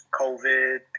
COVID